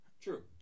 True